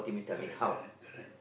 correct correct correct